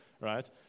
right